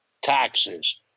taxes